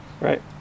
right